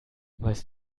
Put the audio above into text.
weißt